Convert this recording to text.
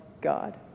God